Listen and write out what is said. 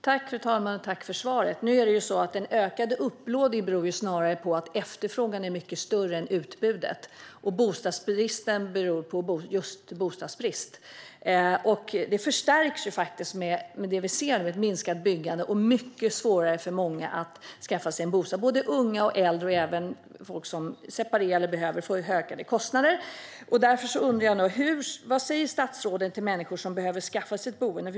Fru talman! Tack för svaret, statsrådet! Den ökade upplåningen beror snarare på att efterfrågan är mycket större än utbudet. Bostadsbristen beror just på bostadsbrist. Det förstärks av det minskade byggande vi ser. Det blir mycket svårare för många att skaffa sig en bostad. Unga, äldre och även människor som separerar och som behöver bostad får ökade kostnader. Vad säger statsrådet till människor som behöver skaffa sig ett boende?